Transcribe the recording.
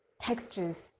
textures